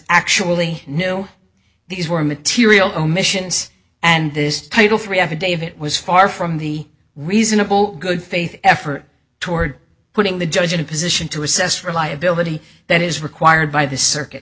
actually knew these were material omissions and this title three affidavit was far from the reasonable good faith effort toward putting the judge in a position to assess reliability that is required by the circuit